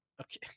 Okay